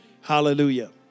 Hallelujah